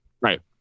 Right